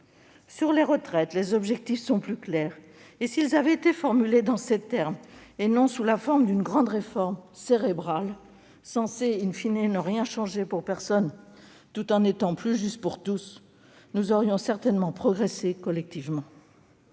sujet des retraites, les objectifs sont plus clairs. S'ils avaient été formulés en ces termes et non sous la forme d'une grande réforme cérébrale censée ne rien changer pour personne tout en étant plus juste pour tous, nous aurions certainement progressé collectivement.